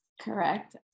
Correct